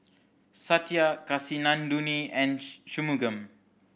Satya Kasinadhuni and Shunmugam